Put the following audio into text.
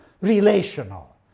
relational